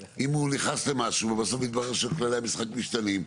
אם הוא נכנס למשהו ובסוף מתברר שכללי המשחק משתנים,